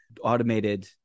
automated